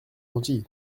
gentil